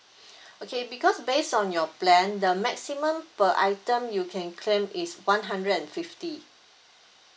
okay because based on your plan the maximum per item you can claim is one hundred and fifty